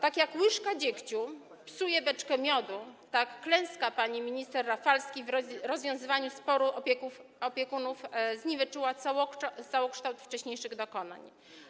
Tak jak łyżka dziegciu psuje beczkę miodu, tak klęska pani minister Rafalskiej w rozwiązywaniu sporu opiekunów zniweczyła całokształt wcześniejszych dokonań.